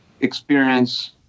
experience